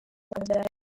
abyare